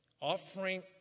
Offering